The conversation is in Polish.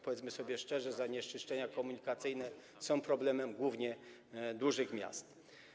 Powiedzmy sobie szczerze: zanieczyszczenia komunikacyjne są problemem głównie dużych miast.